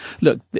look